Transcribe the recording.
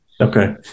Okay